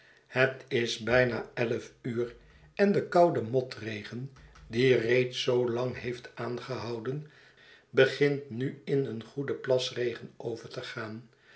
het is bijna elf uur en de koude motregen die reeds zoo lang heeft aangehouden begint nu in een goeden plasregen over te gaan